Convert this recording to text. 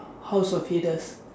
house of Hades